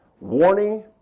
warning